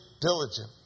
diligent